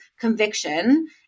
conviction